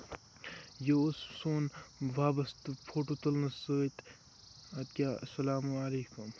یہِ اوس سون وابسطٕ فوٹو تُلنہٕ سۭتۍ اَدٕ کیاہ اسلام علیکُم